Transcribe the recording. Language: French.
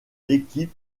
l’équipe